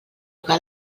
cal